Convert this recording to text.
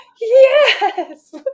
yes